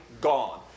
gone